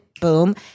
boom